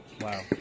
Wow